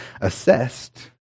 assessed